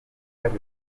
kaje